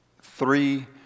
three